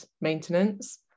maintenance